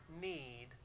need